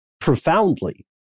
profoundly